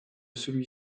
celui